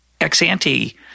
ex-ante